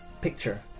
picture